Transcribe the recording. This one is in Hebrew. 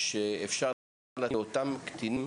זאת אולי אחת התקוות שאפשר לתת לאותם קטינים.